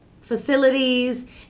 facilities